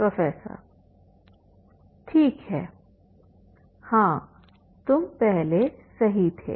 professor ठीक है हाँ तुम पहले सही थे